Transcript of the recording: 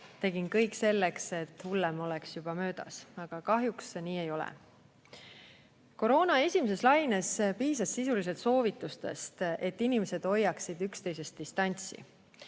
tegin kõik selleks, et hullem oleks juba möödas. Aga kahjuks see nii ei ole. Koroona esimeses laines piisas sisuliselt soovitustest, et inimesed hoiaksid üksteisest distantsi.